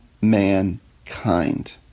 mankind